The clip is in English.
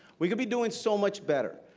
we could be doing so much better.